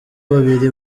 babiri